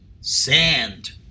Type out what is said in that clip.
Sand